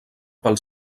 pel